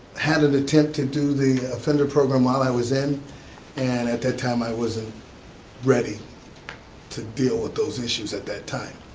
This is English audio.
had an attempt to do the offender program while i was in and at that time i wasn't ready to deal with those issues at that time.